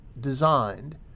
designed